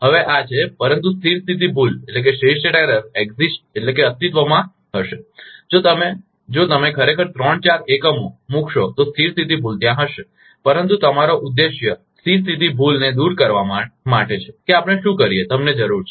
હવે આ છે પરંતુ સ્થિર સ્થિતી ભૂલ અસ્તિત્વમાં હશે જો તમે જો તમે ખરેખર ત્રણ ચાર એકમો મૂકશો તો સ્થિર સ્થિતી ભૂલ ત્યાં હશે પરંતુ તમારો ઉદ્દેશ સ્થિર સ્થિતી ભૂલને દૂર કરવા માટે છે કે આપણે શું કરીએ તમને જરૂર છે